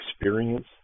experience